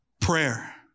prayer